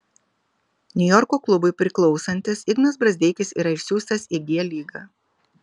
niujorko klubui priklausantis ignas brazdeikis yra išsiųstas į g lygą